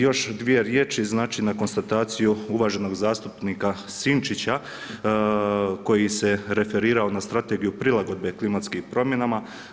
Još dvije riječi znači na konstataciju uvaženog zastupnika Sinčića koji se referirao na strategiju prilagodbe klimatskim promjenama.